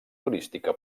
turística